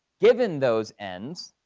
given those ends.